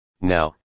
now